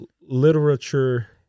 literature